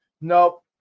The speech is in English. nope